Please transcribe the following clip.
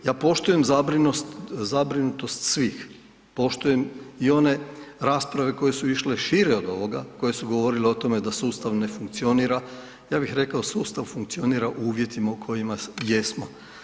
Ja poštujem zabrinutost svih, poštujem i one rasprave koje su išle šire od ovoga, koje su govorile o tome da sustav ne funkcionira, ja bih rekao sustav funkcionira u uvjetima u kojima jesmo.